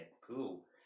cool